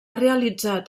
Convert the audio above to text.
realitzat